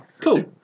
Cool